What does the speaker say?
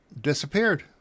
disappeared